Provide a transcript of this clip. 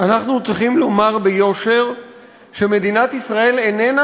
אנחנו צריכים לומר ביושר שמדינת ישראל איננה